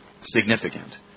significant